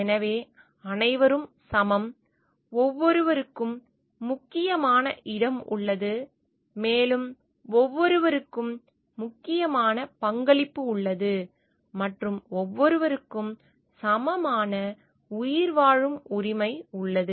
எனவே அனைவரும் சமம் ஒவ்வொருவருக்கும் முக்கியமான இடம் உள்ளது மேலும் ஒவ்வொருவருக்கும் முக்கியமான பங்களிப்பு உள்ளது மற்றும் ஒவ்வொருவருக்கும் சமமான உயிர்வாழும் உரிமை உள்ளது